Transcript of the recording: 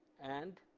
and